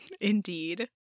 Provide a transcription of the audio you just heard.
Indeed